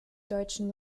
deutschen